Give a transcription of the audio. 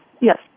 Yes